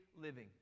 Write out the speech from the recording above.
living